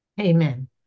Amen